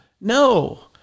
no